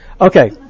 Okay